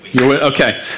Okay